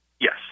Yes